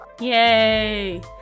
yay